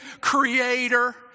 creator